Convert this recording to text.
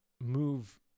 move